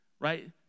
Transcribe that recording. right